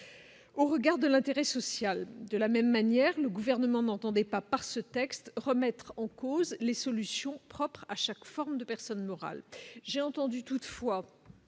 au regard de l'intérêt social de la même manière, le gouvernement n'entendait pas par ce texte, remettre en cause les solutions propres à chaque forme de personne morale, j'ai entendu toutefois